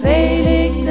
Felix